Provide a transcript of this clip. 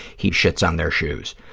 he shits on their shoes.